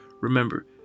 Remember